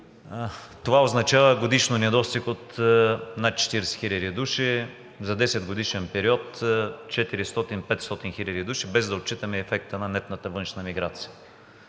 Това означава годишно недостиг от над 40 хиляди души, за 10-годишен период 400 – 500 хиляди души, без да отчитаме ефекта на нетната външна миграция.